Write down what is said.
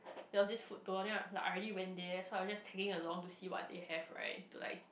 there was this food tour then I I already went there so I was just tagging along to see what they have right to like